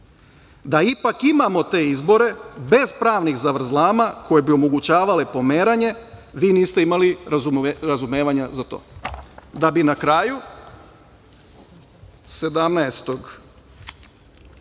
da ipak imamo te izbore bez pravnih zavrzlama koje bi omogućavale pomeranje, vi niste imali razumevanja za to“.Da bi na kraju, 17.